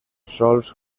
sòls